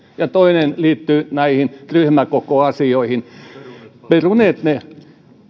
ja toinen liittyy näihin ryhmäkokoasioihin olisitte peruneet ne